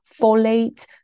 folate